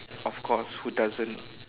of course who doesn't